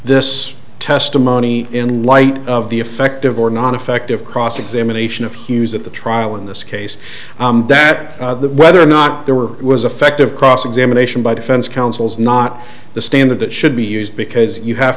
this testimony in light of the effective or not effective cross examination of hughes at the trial in this case that the whether or not there were was affective cross examination by defense counsel's not the standard that should be used because you have